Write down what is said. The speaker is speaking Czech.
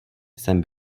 jsem